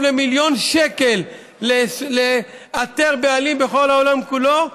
למיליון שקל לאתר בעלים בכל העולם כולו,